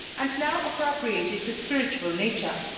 and now appropriated to spiritual nature.